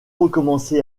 recommencer